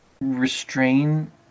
restrain